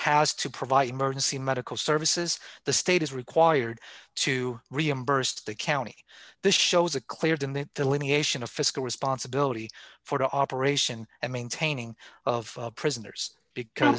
has to provide emergency medical services the state is required to reimburse the county this shows a cleared in the delineation of fiscal responsibility for the operation and maintaining of prisoners because